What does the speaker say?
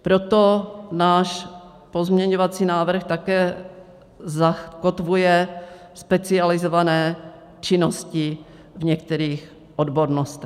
Proto náš pozměňovací návrh také zakotvuje specializované činnosti v některých odbornostech.